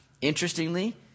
Interestingly